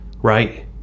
Right